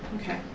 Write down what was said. Okay